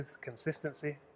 Consistency